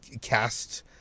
cast